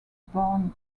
barn